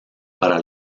para